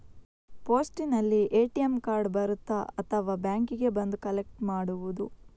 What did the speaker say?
ಪೋಸ್ಟಿನಲ್ಲಿ ATM card ಬರುತ್ತಾ ಅಥವಾ ಬ್ಯಾಂಕಿಗೆ ಬಂದು ಕಲೆಕ್ಟ್ ಮಾಡುವುದು?